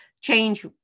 change